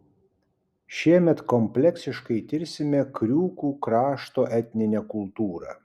šiemet kompleksiškai tirsime kriūkų krašto etninę kultūrą